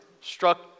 struck